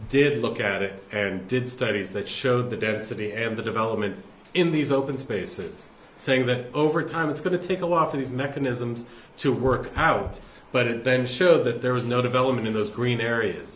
did look at it and did studies that showed the density and the development in these open spaces saying that over time it's going to take a lot for these mechanisms to work out but it then show that there was no development in those green areas